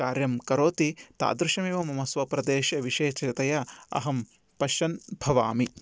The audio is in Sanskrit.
कार्यं करोति तादृशम् एव मम स्वप्रदेशे विशेषतया अहं पश्यन् भवामि